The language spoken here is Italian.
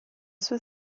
sua